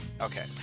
Okay